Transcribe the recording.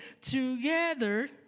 together